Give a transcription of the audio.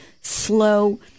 slow